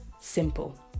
simple